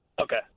Okay